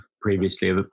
previously